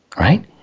right